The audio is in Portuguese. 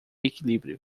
equilíbrio